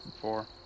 four